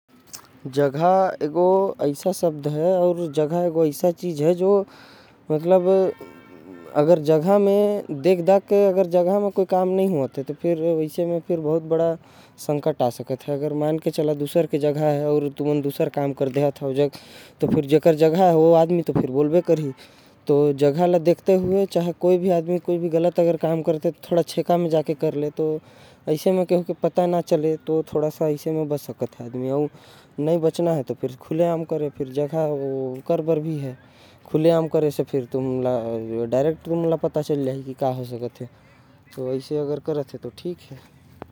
जगह एगो एइसा शब्द है अउ एसईन चीज है। जो मतलब अगर देख दाख के नही कर नही होवत है। अगर दूसर के जगह में कोई काम नही करे। के चाही नही तो जो काम करके होही अपन जगह में करे। या किनारे या दूर छुपा के करे एकस में आदमी गुस्सा लगे। ल जेकर वजह से ओके दूसरा ढंग से समझाये। के पड़ेल एकरबर कोई भी काम अपन जगह पर करे के चाही।